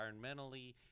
environmentally